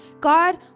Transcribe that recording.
God